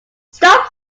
stop